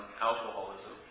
alcoholism